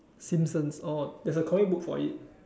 Simpsons oh there's a comic book for it